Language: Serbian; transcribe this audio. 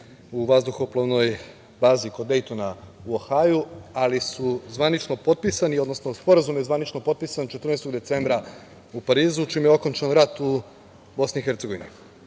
u vazduhoplovnoj bazi kod Dejtona u Ohaju, ali su zvanično potpisani, odnosno Sporazum je zvanično potpisan 14. decembra u Parizu, čim je okončan rat u Bosni